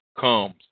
comes